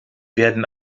werden